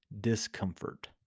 discomfort